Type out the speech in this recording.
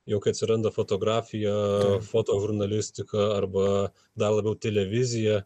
jog atsiranda fotografija fotožurnalistika arba dar labiau televizija